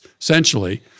essentially